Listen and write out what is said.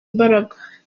imbaraga